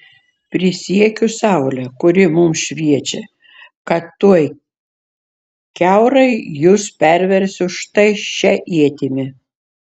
prisiekiu saule kuri mums šviečia kad tuoj kiaurai jus perversiu štai šia ietimi